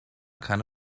keine